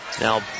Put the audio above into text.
Now